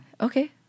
Okay